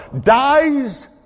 dies